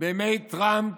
בימי טראמפ